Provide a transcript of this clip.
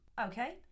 Okay